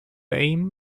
aim